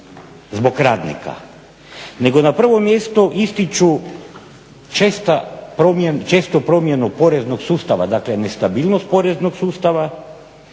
zbog radnika